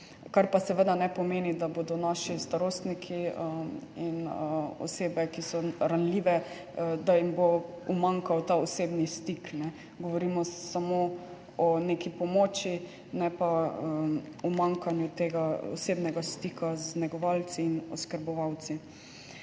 Kar pa seveda ne pomeni, da bo našim starostnikom in osebam, ki so ranljive, umanjkal ta osebni stik; govorimo samo o neki pomoči, ne pa o umanjkanju tega osebnega stika z negovalci in oskrbovalci.